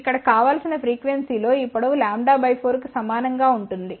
ఇక్కడ కావలసిన ఫ్రీక్వెన్సీ లో ఈ పొడవు λ 4 కు సమానం గా ఉంటుంది